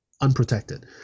unprotected